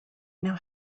now